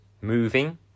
Moving